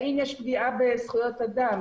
האם יש פגיעה בזכויות אדן?